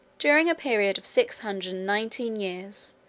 during a period of six hundred and nineteen years,